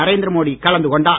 நரேந்திர மோடி கலந்து கொண்டார்